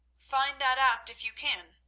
find that out if you can,